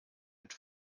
mit